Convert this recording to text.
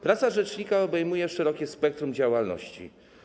Praca rzecznika obejmuje szerokie spektrum działalności.